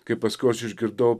kai paskiau aš išgirdau